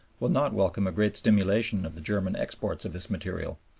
will not welcome a great stimulation of the german exports of this material.